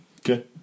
Okay